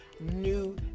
new